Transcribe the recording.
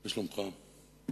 מה שלומך?